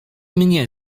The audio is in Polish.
mnie